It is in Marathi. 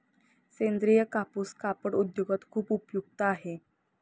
सेंद्रीय कापूस कापड उद्योगात खूप उपयुक्त आहे